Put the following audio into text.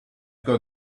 got